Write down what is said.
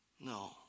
No